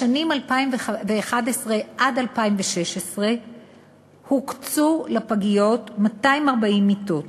בשנים 2011 2016 יוקצו לפגיות 240 מיטות.